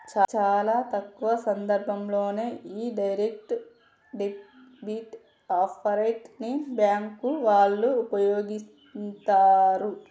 చాలా తక్కువ సందర్భాల్లోనే యీ డైరెక్ట్ డెబిట్ ఆప్షన్ ని బ్యేంకు వాళ్ళు వుపయోగిత్తరు